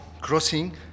crossing